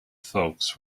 folks